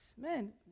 man